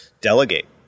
delegate